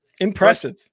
Impressive